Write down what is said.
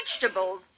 vegetables